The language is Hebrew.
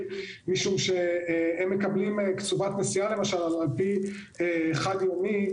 כי הם מקבלים קצובת נסיעה על פי חד-יומי,